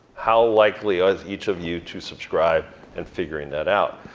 how likely are each of you to subscribe and figuring that out.